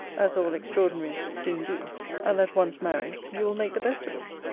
as all extraordinaries soon do and that once married, you will make the best of it.